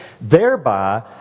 thereby